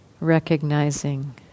recognizing